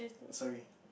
sorry